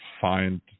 find